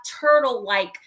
turtle-like